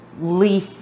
leaf